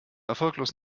erfolglos